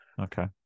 Okay